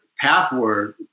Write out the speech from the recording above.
password